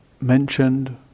mentioned